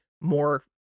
more